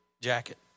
jacket